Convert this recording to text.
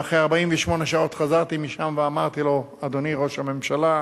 ואחרי 48 שעות חזרתי משם ואמרתי לו: אדוני ראש הממשלה,